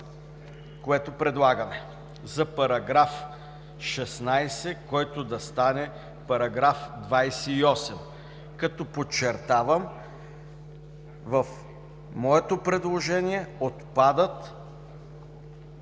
което предлагаме за § 16, който да стане § 28, като подчертавам – в моето предложение отпадат